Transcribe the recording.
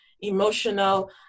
emotional